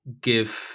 give